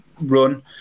run